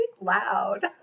loud